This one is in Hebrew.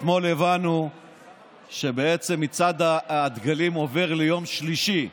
אתמול הבנו שבעצם מצעד הדגלים עובר ליום שלישי.